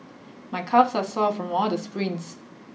my calves are sore from all the sprints